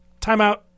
timeout